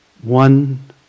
one